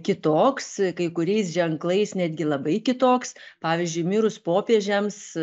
kitoks kai kuriais ženklais netgi labai kitoks pavyzdžiui mirus popiežiams